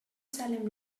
salem